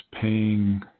paying